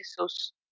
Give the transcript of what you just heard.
Jesus